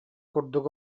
курдук